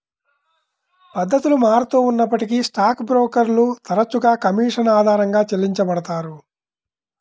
పద్ధతులు మారుతూ ఉన్నప్పటికీ స్టాక్ బ్రోకర్లు తరచుగా కమీషన్ ఆధారంగా చెల్లించబడతారు